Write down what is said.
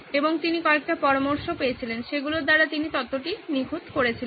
এবং তিনি কয়েকটি পরামর্শ পেয়েছিলেন সেগুলোর দ্বারা তিনি তত্ত্বটি নিখুঁত করেছিলেন